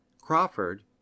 Crawford